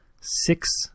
six